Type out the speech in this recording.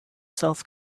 self